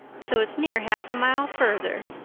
so it's near half a mile further.